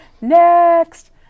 Next